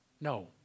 No